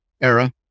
era